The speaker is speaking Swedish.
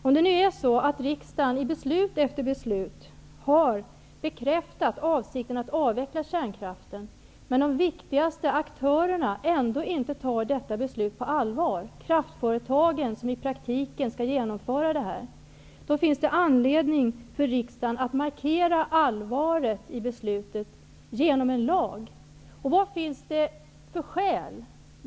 Om det nu är så att riksdagen i beslut efter beslut har bekräftat avsikten att avveckla kärnkraften men de viktigaste aktörerna -- kraftföretagen, som i praktiken skall genomföra avvecklingen -- ändå inte tar detta beslut på allvar, finns det anledning för riksdagen att genom lagstiftning markera allvaret i beslutet.